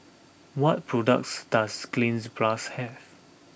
what products does Cleanz plus have